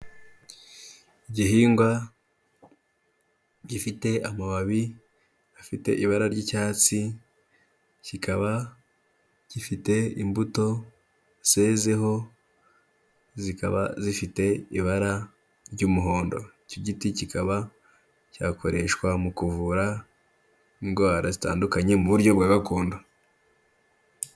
Igihingwa gifite amababi afite ibara ry'icyatsi, kikaba gifite imbuto zezeho, zikaba zifite ibara ry'umuhondo. Iki giti kikaba cyakoreshwa mu kuvura indwara zitandukanye mu buryo bwa gakondo.